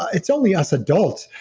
it's only us adults,